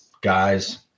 guys